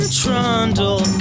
trundle